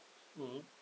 mmhmm